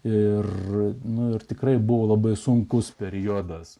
ir nu ir tikrai buvo labai sunkus periodas